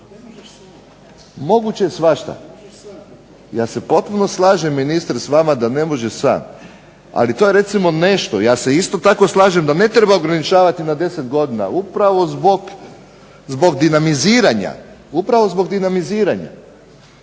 moguće je svašta. Ja se potpuno slažem ministre s vama da ne može sam ali to je recimo nešto, ja se isto tako slažem da ne treba ograničavati na 10 godina, upravo zbog dinamiziranja. Ali upravo u ovom